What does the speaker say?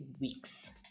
weeks